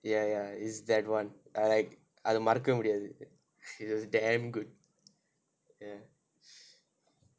ya ya it's that [one] I like அது மறக்க முடியாது:athu marakka mudiyaathu she was damn good ya